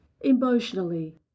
emotionally